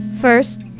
First